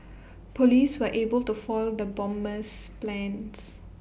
Police were able to foil the bomber's plans